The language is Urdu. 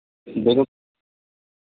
دیکھو